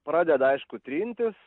pradeda aišku trintis